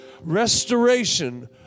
Restoration